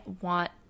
want